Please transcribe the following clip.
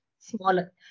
smaller